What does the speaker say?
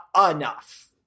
enough